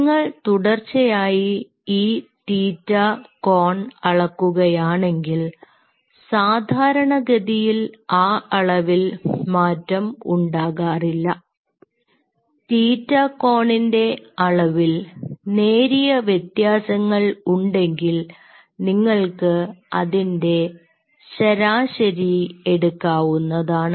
നിങ്ങൾ തുടർച്ചയായി ഈ തീറ്റ ɵ theta കോൺ അളക്കുകയാണെങ്കിൽ സാധാരണ ഗതിയിൽ ആ അളവിൽ മാറ്റം ഉണ്ടാകാറില്ല തീറ്റ കോണിന്റെ അളവിൽ നേരിയ വ്യത്യാസങ്ങൾ ഉണ്ടെങ്കിൽ നിങ്ങൾക്ക് അതിൻറെ ശരാശരി എടുക്കാവുന്നതാണ്